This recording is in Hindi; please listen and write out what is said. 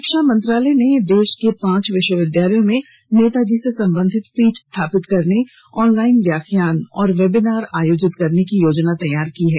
शिक्षा मंत्रालय ने देश के पांच विश्वविद्यालयों में नेताजी से संबंधित पीठ स्थापित करने ऑनलाइन व्याख्यान और वेबिनार आयोजित करने की योजना तैयार की है